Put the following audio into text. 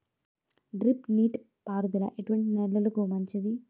Drip నీటి పారుదల ఎటువంటి నెలలకు మంచిది?